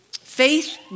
faith